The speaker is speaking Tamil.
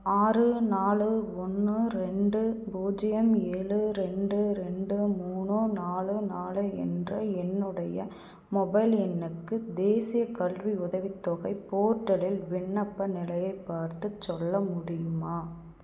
ஆறு நாலு ஒன்று ரெண்டு பூஜ்ஜியம் ஏழு ரெண்டு ரெண்டு மூணு நாலு நாலு என்ற என்னுடைய மொபைல் எண்ணுக்கு தேசியக் கல்வியுதவித் தொகை போர்ட்டலில் விண்ணப்ப நிலையைப் பார்த்துச் சொல்ல முடியுமா